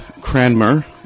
Cranmer